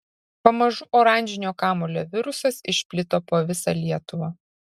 pamažu oranžinio kamuolio virusas išplito po visą lietuvą